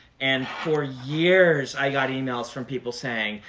and for years i got emails from people saying,